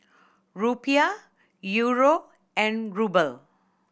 Rupiah Euro and Ruble